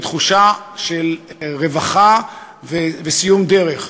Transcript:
בתחושה של רווחה וסיום דרך.